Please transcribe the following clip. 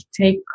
take